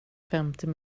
femtio